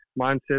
mindset